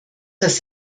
das